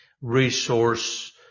resource